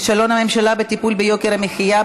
כישלון הממשלה בטיפול ביוקר המחיה,